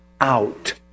out